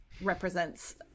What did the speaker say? represents